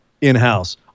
in-house